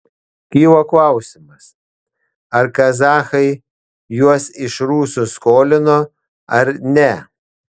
kilo klausimas ar kazachai juos iš rusų skolino ar ne